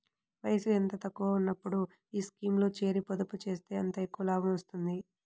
వయసు ఎంత తక్కువగా ఉన్నప్పుడు ఈ స్కీమ్లో చేరి, పొదుపు చేస్తే అంత ఎక్కువ లాభం వస్తుంది